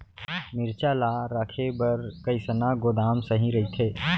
मिरचा ला रखे बर कईसना गोदाम सही रइथे?